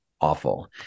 awful